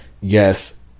Yes